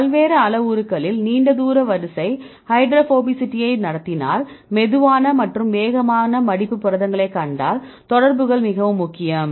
பல்வேறு அளவுருக்களில் நீண்ட தூர வரிசை ஹைட்ரோபோபசிட்டியை நடத்தினால் மெதுவான மற்றும் வேகமான மடிப்பு புரதங்களைக் கண்டால் தொடர்புகள் மிகவும் முக்கியம்